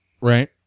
right